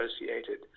associated